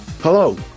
Hello